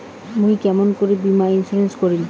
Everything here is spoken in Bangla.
মুই কেমন করি বীমা ইন্সুরেন্স করিম?